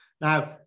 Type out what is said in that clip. Now